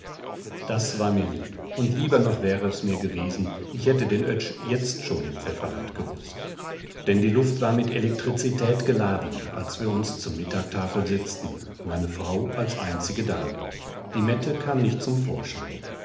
das war mir lieb und lieber noch wäre es mir gewesen ich hätte den oetsch jetzt schon im pfefferland gewußt denn die luft war mit elektrizität geladen als wir uns zur mittagtafel setzten meine frau als einzige dame die mette kam nicht zum vorschein